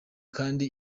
kandi